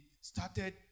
started